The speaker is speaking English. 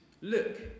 Look